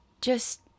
Just